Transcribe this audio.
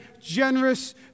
generous